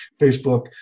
Facebook